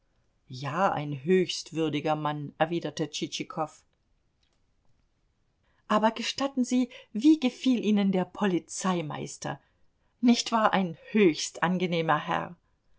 ja ein höchst würdiger mann erwiderte tschitschikow aber gestatten sie wie gefiel ihnen der polizeimeister nicht wahr ein höchst angenehmer herr